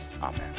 Amen